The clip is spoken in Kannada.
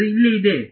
ಅದು ಇಲ್ಲೇ ಇದೆ